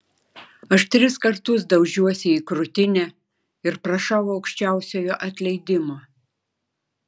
aš tris kartus daužiuosi į krūtinę ir prašau aukščiausiojo atleidimo